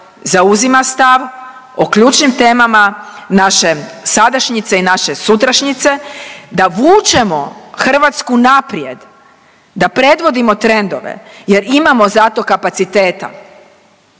zauzima stav o ključnim temama naše sadašnjice i naše sutrašnjice, da vučemo Hrvatsku naprijed, da predvodimo trendove jer imamo za to kapaciteta.